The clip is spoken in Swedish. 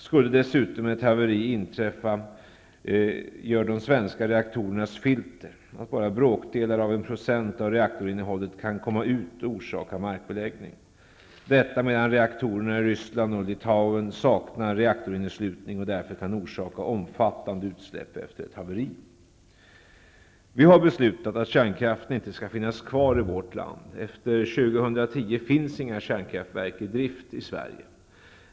Skulle dessutom ett haveri inträffa, gör de svenska reaktorernas filter att bara bråkdelar av en procent av reaktorinnehållet kan komma ut och orsaka markbeläggning. Reaktorerna i Ryssland och Litauen saknar däremot reaktorinneslutning och kan därför orsaka omfattande utsläpp efter ett haveri. Vi har beslutat att kärnkraften inte skall finnas kvar i vårt land. Efter år 2010 finns inga kärnkraftverk i drift i Sverige.